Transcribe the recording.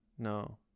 No